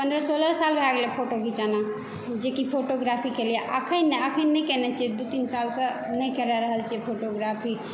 पन्द्रह सोलह साल भय गेलैया हँ फोटो घीचाना जेकि फोटोग्राफीके लिअ अखन अखन नहि केने छियै दू तीन सालसऽ नहि करा रहल छियै फोटोग्राफी